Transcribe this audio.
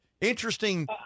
Interesting